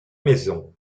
maisons